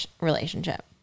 relationship